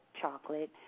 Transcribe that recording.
chocolate